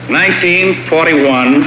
1941